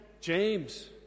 James